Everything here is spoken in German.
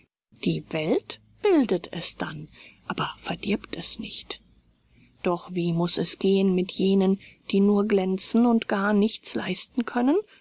die welt bildet es dann aber verdirbt es nicht doch wie muß es gehen mit jenen die nur glänzen und gar nichts leisten können